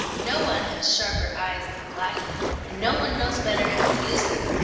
no one has sharper eyes than blacky, and no one knows better how to use them.